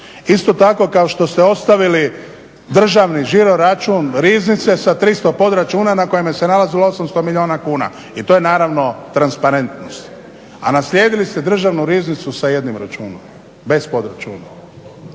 Isto tako kao što ste ostavili državni žiro račun Riznice sa 300 podračuna na kojima se nalazilo 800 milijuna kuna. I to je naravno transparentnost, a naslijedili ste Državnu riznicu sa jednim računom, bez podračunom.